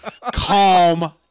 Calm